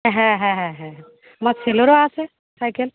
হ্যাঁ হ্যাঁ হ্যাঁ হ্যাঁ আমার ছেলেরও আছে সাইকেল